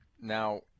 Now